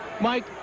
Mike